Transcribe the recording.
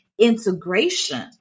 Integration